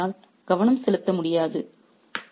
இந்த நேரத்தில் என்னால் கவனம் செலுத்த முடியாது